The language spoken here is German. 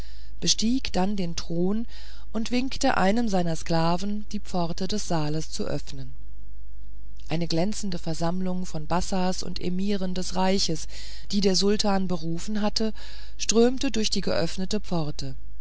bestieg dann den thron und winkte einem seiner sklaven die pforte des saales zu öffnen eine glänzende versammlung von bassas und emiren des reiches die der sultan berufen hatte strömte durch die geöffnete pforte